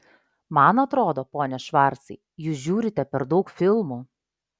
man atrodo pone švarcai jūs žiūrite per daug filmų